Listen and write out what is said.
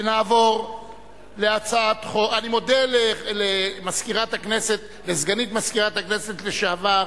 אני מודה לסגנית מזכיר הכנסת לשעבר,